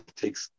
takes